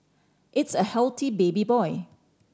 it's a healthy baby boy